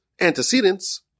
antecedents